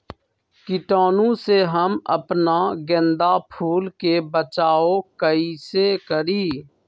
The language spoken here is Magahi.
कीटाणु से हम अपना गेंदा फूल के बचाओ कई से करी?